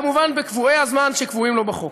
כמובן בקבועי הזמן שקבועים לו בחוק,